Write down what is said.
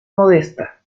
modesta